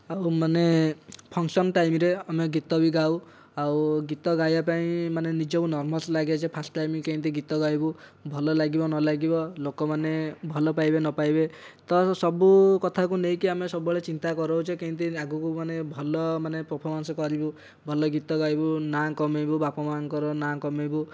ମାନେ ଫନକ୍ସନ ଟାଇମ୍ରେ ଆମେ ଗୀତ ଭି ଗାଉ ଆଉ ଗୀତ ଗାଇବା ପାଇଁ ମାନେ ନିଜକୁ ନର୍ଭସ ଭି ଲାଗେ ଯେ ଫାଷ୍ଟ ଟାଇମ୍ ଗୀତ କେମିତି ଗାଇବୁ ଭଲ ଲାଗିବ ନ ଲାଗିବ ଲୋକମାନେ ଭଲ ପାଇବେ ନ ପାଇବେ ତ ସବୁ କଥାକୁ ନେଇକି ଆମେ ସବୁବେଳେ ଚିନ୍ତା କରୁ ଯେ କେମିତି ମାନେ ଆଗକୁ ଭଲ ମାନେ ପର୍ଫମାନ୍ସ କରିବୁ ଭଲ ଗୀତ ଗାଇବୁ ନାଁ କମେଇବୁ ବାପା ମାଆଙ୍କର ନାଁ କମେଇବୁ